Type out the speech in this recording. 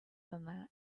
than